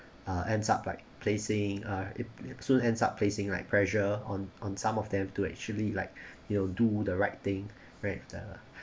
uh ends up like placing uh it soon ends up placing like pressure on on some of them to actually like you know do the right thing